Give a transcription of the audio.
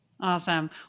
Awesome